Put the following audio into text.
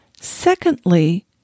Secondly